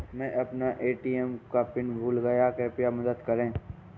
मै अपना ए.टी.एम का पिन भूल गया कृपया मदद करें